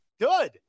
good